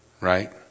right